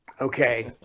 Okay